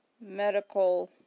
Medical